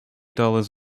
dollars